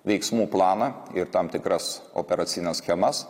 veiksmų planą ir tam tikras operacines schemas